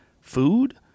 food